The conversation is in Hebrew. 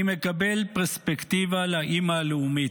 אני מקבל פרספקטיבה לאימא הלאומית.